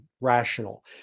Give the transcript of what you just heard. rational